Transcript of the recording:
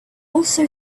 also